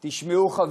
תשמעו, חברים,